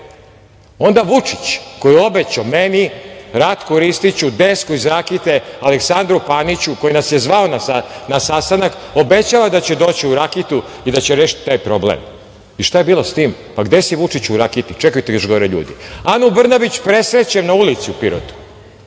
vode. Onda Vučić koji je obećao meni, Ratku Ristiću, Desku iz Rakite, Aleksandru Paniću, koji nas je zvao na sastanak, obećava da će doći u Rakitu i da će rešiti taj problem. Šta je bilo s tim? Gde si, Vučiću, u Rakiti? Čekaju te još gore ljudi. Anu Brnabić presrećem na ulicu u Pirotu